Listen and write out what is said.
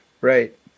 Right